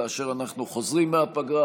כאשר אנחנו חוזרים מהפגרה.